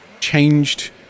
changed